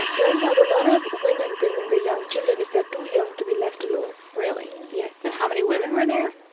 um turns out a lot of women bring in their young children if they are too young to be left alone really? yeah and how many women were there?